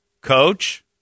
Coach